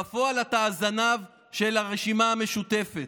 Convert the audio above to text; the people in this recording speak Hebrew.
בפועל אתה הזנב של הרשימה המשותפת.